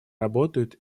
работают